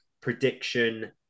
prediction